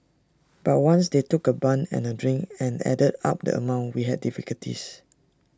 but once they took A bun and A drink and added up the amount we had difficulties